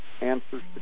answers